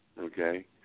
okay